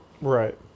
right